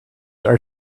are